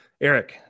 Eric